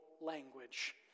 Language